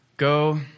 Go